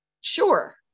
Sure